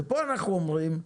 ופה אנחנו אומרים: